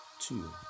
two